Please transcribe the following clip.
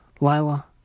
Lila